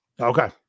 Okay